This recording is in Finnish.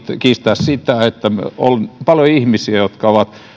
kiistää sitä että on paljon ihmisiä jotka ovat